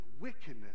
wickedness